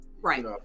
Right